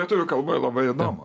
lietuvių kalboj labai įdomu